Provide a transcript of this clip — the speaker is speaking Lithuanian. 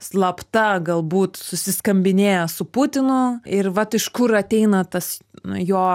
slapta galbūt susiskambinėja su putinu ir vat iš kur ateina tas na jo